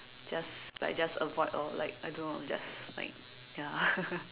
just like just avoid orh like I don't know just like ya